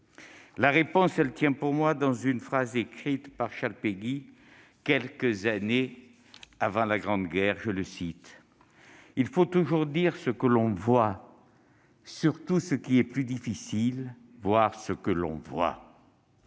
La réponse tient pour moi dans une phrase écrite par Charles Péguy quelques années avant la Grande Guerre :« Il faut toujours dire ce que l'on voit. Surtout il faut toujours, ce qui est plus difficile, voir ce que l'on voit. »